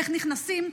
איך נכנסים,